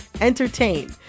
entertain